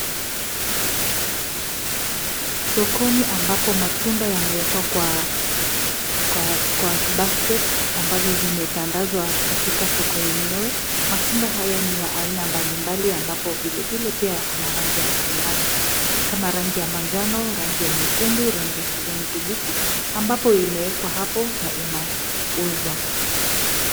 Sokoni ambapo matunda yamewekwa kwa basket ambazo zimetandazwa katika soko yenyewe, matunda haya ni ya aina mbalimbali ambapo vilevile pia iko na rangi mbalimbali kama rangi ya manjano, rangi ya nyekundu, rangi ya kijani kibichi ambapo imewekwa hapo na inauzwa.